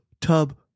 tub